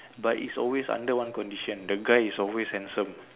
but it's always under one condition the guy is always handsome